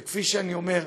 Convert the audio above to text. וכפי שאני אומר,